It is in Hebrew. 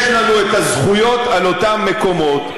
יש לנו הזכויות על אותם מקומות.